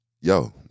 Yo